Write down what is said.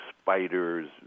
spiders